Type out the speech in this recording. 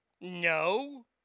No